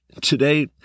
Today